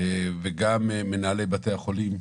וגם מנהלי בתי החולים,